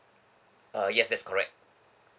uh yes yes correct